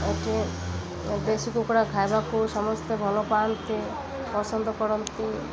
ଏଠି ଦେଶୀ କୁକୁଡ଼ା ଖାଇବାକୁ ସମସ୍ତେ ଭଲ ପାଆନ୍ତି ପସନ୍ଦ କରନ୍ତି